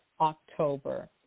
October